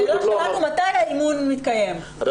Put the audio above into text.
השאלה שלנו מתי האימון מתקיים,